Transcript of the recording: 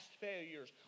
failures